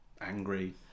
angry